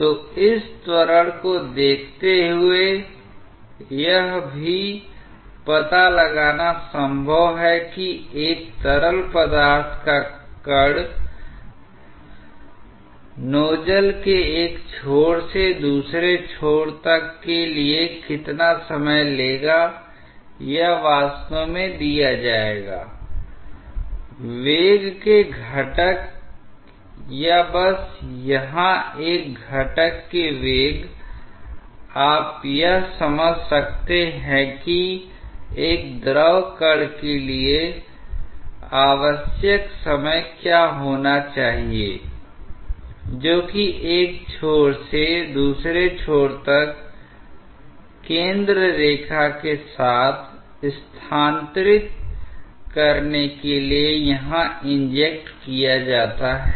तो इस त्वरण को देखते हुए यह भी पता लगाना संभव है कि एक तरल पदार्थ का कण नोजल के एक छोर से दूसरे छोर तक के लिए कितना समय लेगा या वास्तव में दिया जाएगा वेग के घटक या बस यहाँ एक घटक के वेग आप यह समझ सकते हैं कि एक द्रव कण के लिए आवश्यक समय क्या होना चाहिए जो कि एक छोर से दूसरे छोर तक केंद्र रेखा के साथ स्थानांतरित करने के लिए यहां इंजेक्ट किया जाता है